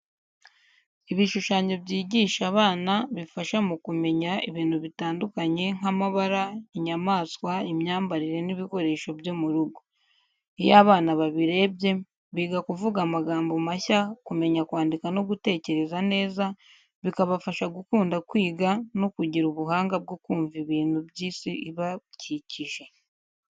Ibishushanyo byigisha abana bifasha mu kumenya ibintu bitandukanye nk’amabara, inyamaswa, imyambarire n’ibikoresho byo mu rugo. Iyo abana babirebye, biga kuvuga amagambo mashya, kumenya kwandika no gutekereza neza, bikabafasha gukunda kwiga no kugira ubuhanga bwo kumva ibintu by’isi ibakikije.